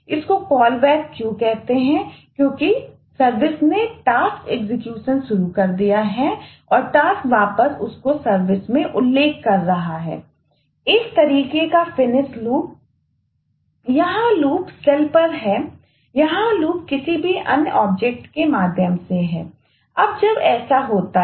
तो call back में उल्लेख कर रहा है